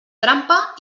trampa